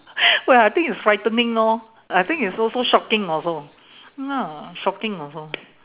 well I think it's frightening lor I think it's also shocking also shocking also